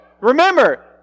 remember